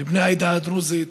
לבני העדה הדרוזית,